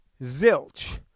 Zilch